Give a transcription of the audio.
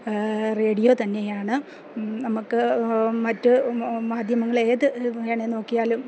radio തന്നെയാണ് നമുക്ക് മറ്റ് മാധ്യമങ്ങള് ഏത് വേണമെങ്കിലും നോക്കിയാലും